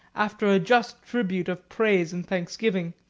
after a just tribute of praise and thanksgiving,